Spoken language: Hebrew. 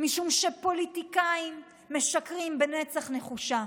משום שפוליטיקאים משקרים במצח נחושה.